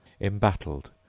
embattled